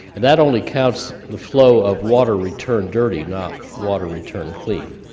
that only counts the flow of water returned dirty, not water returned clean.